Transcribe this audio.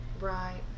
right